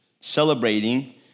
celebrating